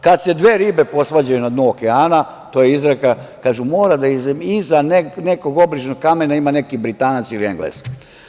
Kad se dve ribe posvađaju na dnu okeana, to je izreka, kažu, mora da iza nekog obližnjeg kamena ima neki Britanac ili Englez.